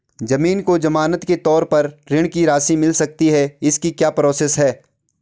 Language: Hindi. ज़मीन को ज़मानत के तौर पर ऋण की राशि मिल सकती है इसकी क्या प्रोसेस है?